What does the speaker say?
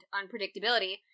unpredictability